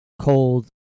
cold